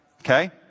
Okay